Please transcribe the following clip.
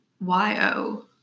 y-o